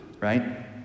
Right